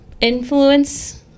influence